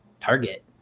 Target